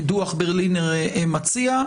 ברלינר מציע.